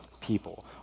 people